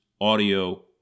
audio